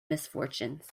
misfortunes